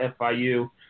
fiu